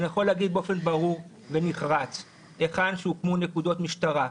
אני יכול לומר באופן ברור ונחרץ היכן שהוקמו נקודות משטרה,